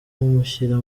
mushyira